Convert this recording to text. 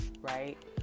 right